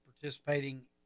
participating